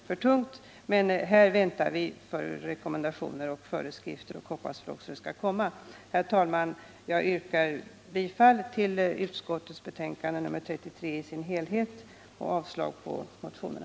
Vi hoppas och väntar på att rekommendationer och föreskrifter skall komma i detta avseende. Herr talman! Jag yrkar bifall till socialutskottets hemställan i dess helhet i dess betänkande nr 33 och avslag på motionerna.